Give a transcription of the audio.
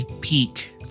peak